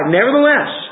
nevertheless